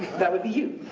that would be you.